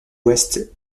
ouest